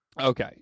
Okay